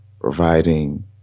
Providing